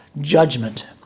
judgment